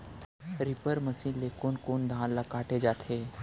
Reaper machine ले कोन कोन धान ल काटे जाथे?